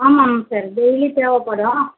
ஆமாம் ஆமாம் sir daily தேவைப்படும்